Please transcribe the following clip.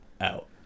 out